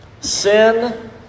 sin